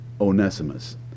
Onesimus